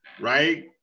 right